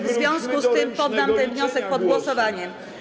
W związku z tym poddam ten wniosek pod głosowanie.